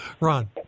Ron